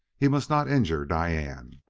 he must not injure diane.